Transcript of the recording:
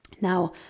Now